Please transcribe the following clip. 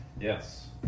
Yes